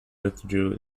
withdrew